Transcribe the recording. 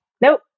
Nope